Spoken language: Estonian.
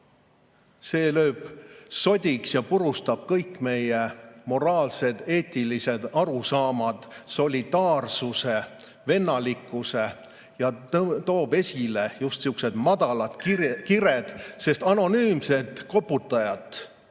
See lööb sodiks ja purustab kõik meie moraalsed ja eetilised arusaamad, solidaarsuse ja vennalikkuse, ning toob esile just sihukesed madalad kired. Anonüümset koputajat